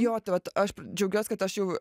jo tai vat aš džiaugiuos kad aš jau